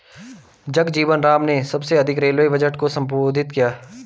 जगजीवन राम ने सबसे अधिक रेलवे बजट को संबोधित किया है